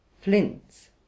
flints